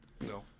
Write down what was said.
no